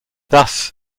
thus